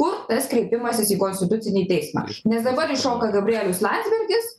kur tas kreipimasis į konstitucinį teismą nes dabar iššoka gabrielius landsbergis